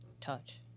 Touch